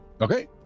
Okay